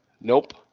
Nope